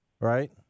right